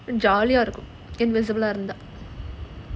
jolly ah இருக்கும்:irukkum invisible ah இருந்தா:irunthaa